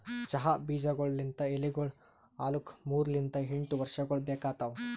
ಚಹಾ ಬೀಜಗೊಳ್ ಲಿಂತ್ ಎಲಿಗೊಳ್ ಆಲುಕ್ ಮೂರು ಲಿಂತ್ ಎಂಟು ವರ್ಷಗೊಳ್ ಬೇಕಾತವ್